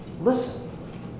Listen